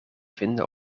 vinden